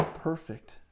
Perfect